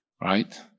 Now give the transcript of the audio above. right